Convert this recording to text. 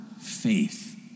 faith